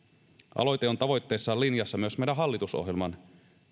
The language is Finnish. aloite on tavoitteissaan linjassa myös meidän hallitusohjelmamme